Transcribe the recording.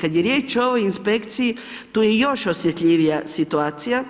Kada je riječ o ovoj inspekciji, tu je još osjetljivija situacija,